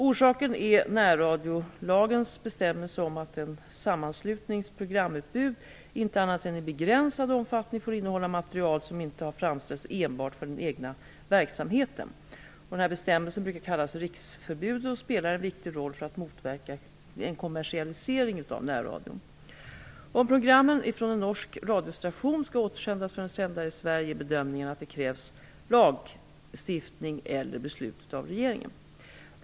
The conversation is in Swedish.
Orsaken är närradiolagens bestämmelse om att en sammanslutnings programutbud inte annat än i begränsad omfattning får innehålla material som inte har framtällts enbart för den egna verksamheten. Denna bestämmelse brukar kallas ''riksförbudet'' och spelar en viktig roll för att motverka en kommersialisering av närradion. Om programmen från en norsk radiostation skall återutsändas från en sändare i Sverige är bedömningen att det krävs lagstiftning eller beslut av regeringen.